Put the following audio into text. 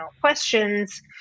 questions